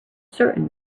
certain